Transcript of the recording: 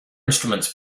instruments